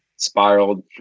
spiraled